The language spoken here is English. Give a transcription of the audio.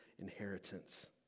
inheritance